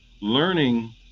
Learning